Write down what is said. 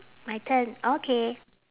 my turn okay